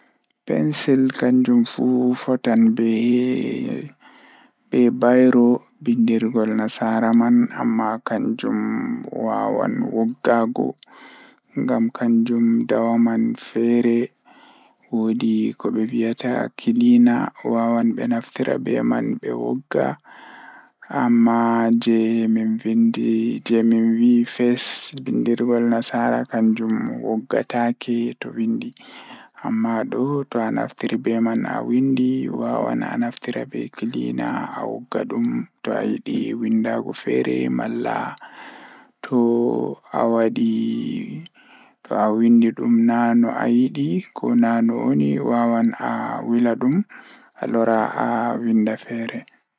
Pencil ko nafaade e ngelɗi baafal ngal. Nde eɓe jogii, ngelɗi nafaade baawtoore e laawol. Nguuraande eƴƴam, ko heewɓe gasaare, teeŋgol, ko ngelɗi ndiyam nafaade. Hikkinaa e baawdi e teeŋgol ngam laawol.